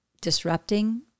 disrupting